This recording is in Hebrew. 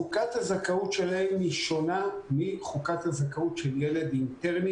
חוקת הזכאות שלהם שונה מחוקת הזכאות של ילד אינטרני,